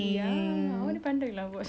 uh saya rasa